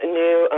new